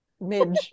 Midge